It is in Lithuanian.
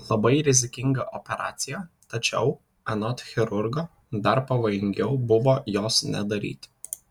labai rizikinga operacija tačiau anot chirurgo dar pavojingiau buvo jos nedaryti